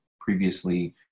previously